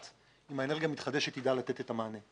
אם האנרגיה המתחדשת תדע לתת את המענה.